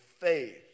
faith